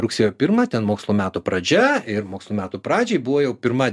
rugsėjo pirmą ten mokslo metų pradžia ir mokslo metų pradžiai buvo jau pirma